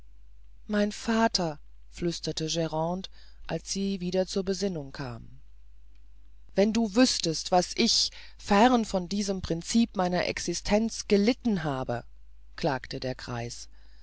mein vater flüsterte grande als sie wieder zur besinnung kam wenn du wüßtest was ich fern von diesem princip meiner existenz gelitten habe klagte der greis